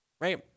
Right